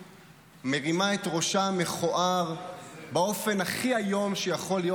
מרימה את ראשה המכוער באופן הכי איום שיכול להיות.